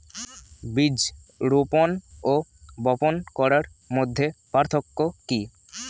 বীজ রোপন ও বপন করার মধ্যে পার্থক্য কি?